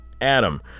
Adam